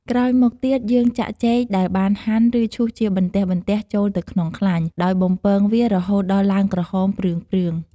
ក្រោយមកទៀត យើងចាក់ចេកចែលបានហាន់ ឬ ឈូសជាបន្ទះៗចូលទៅក្នុងខ្លាញ់ ដោយបំពងវារហូតដល់ឡើងក្រហមព្រឿងៗ។